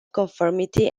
conformity